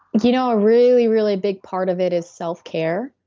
you know a really, really big part of it is self-care.